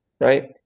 right